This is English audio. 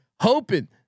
hoping